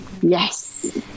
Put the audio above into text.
Yes